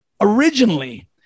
originally